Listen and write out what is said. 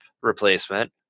replacement